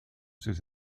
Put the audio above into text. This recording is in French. ces